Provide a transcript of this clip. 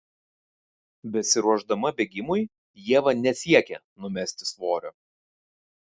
besiruošdama bėgimui ieva nesiekia numesti svorio